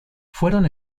fueron